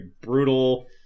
brutal